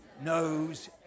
knows